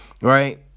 Right